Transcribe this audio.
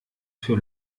für